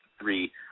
three